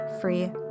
free